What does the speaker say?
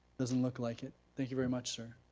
doesn't look like it. thank you very much, sir.